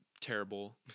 terrible